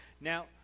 now